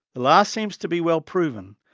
the last seems to be well proven,